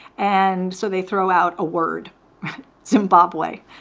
and so they throw out a word zimbabwe,